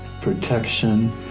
protection